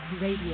Radio